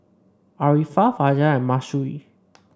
Arifa Fajar and Mahsuri